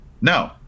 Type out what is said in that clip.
No